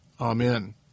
Amen